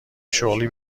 شغلی